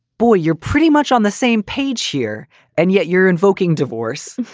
boy, you're pretty much on the same page here and yet you're invoking divorce.